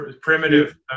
Primitive